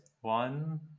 One